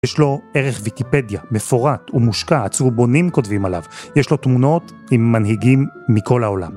יש לו ערך ויקיפדיה, מפורט ומושקע, הצהובונים כותבים עליו. יש לו תמונות עם מנהיגים מכל העולם.